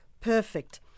perfect